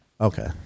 Okay